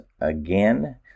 again